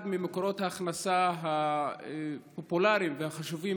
אחד ממקורות ההכנסה הפופולריים והחשובים